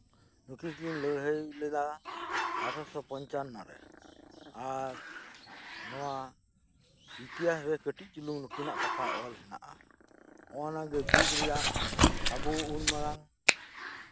ᱱᱩᱠᱤᱱ ᱠᱤᱱ ᱞᱟᱹᱲᱦᱟᱹᱭ ᱞᱮᱫᱟ ᱟᱴᱷᱚᱨᱚ ᱥᱚ ᱯᱚᱸᱧᱪᱟᱱᱱᱚ ᱨᱮ ᱟᱨ ᱱᱚᱣᱟ ᱤᱛᱤᱦᱟᱸᱥ ᱨᱮ ᱠᱟᱹᱴᱤᱡ ᱪᱩᱞᱩᱝ ᱱᱩᱠᱤᱱᱟᱜ ᱠᱟᱛᱷᱟ ᱚᱞ ᱢᱮᱱᱟᱜᱼᱟ ᱱᱚᱜᱼᱱᱟ ᱜᱮ ᱫᱩᱠ ᱨᱮᱭᱟᱜ ᱟᱵᱚ ᱩᱱ ᱢᱟᱨᱟᱝ